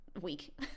week